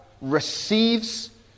receives